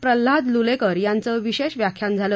प्रल्हाद लुलेकर यांचं विशेष व्याख्यान झालं